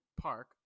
Park